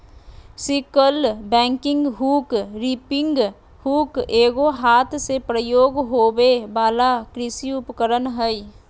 sickle bagging hook, reaping hook एगो हाथ से प्रयोग होबे वला कृषि उपकरण हइ